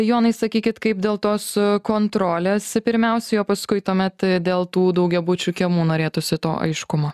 jonai sakykit kaip dėl tos kontrolės pirmiausiai o paskui tuomet dėl tų daugiabučių kiemų norėtųsi to aiškumo